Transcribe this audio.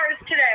today